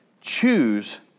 choose